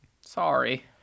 Sorry